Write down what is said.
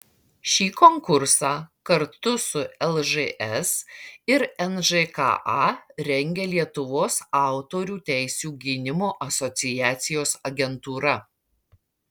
ši konkursą kartu su lžs ir nžka rengia lietuvos autorių teisių gynimo asociacijos agentūra